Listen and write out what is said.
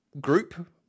group